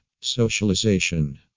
Socialization